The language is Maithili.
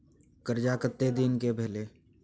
कर्जा कत्ते दिन के भेलै?